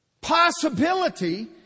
possibility